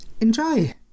Enjoy